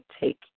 take